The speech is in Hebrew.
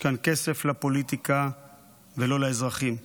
יש כאן כסף לפוליטיקה ולא לאזרחים.